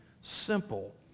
simple